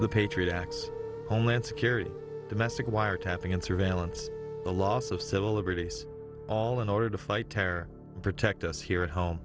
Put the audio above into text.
the patriot acts homeland security domestic wiretapping and surveillance the loss of civil liberties all in order to fight terror protect us here at home